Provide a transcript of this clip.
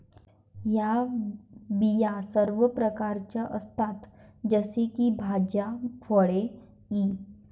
या बिया सर्व प्रकारच्या असतात जसे की भाज्या, फळे इ